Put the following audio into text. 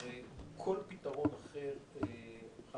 הרי כל פתרון אחר לא